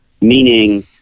meaning